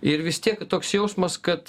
ir vis tiek toks jausmas kad